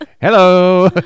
hello